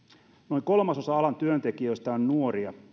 noin kolmasosa alan työntekijöistä on nuoria